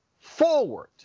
forward